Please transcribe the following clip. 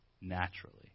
naturally